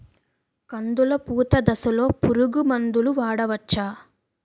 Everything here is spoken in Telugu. కందులు పూత దశలో పురుగు మందులు వాడవచ్చా?